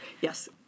Yes